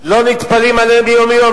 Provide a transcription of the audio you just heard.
לא נטפלים אליהם ביום-יום?